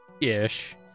ish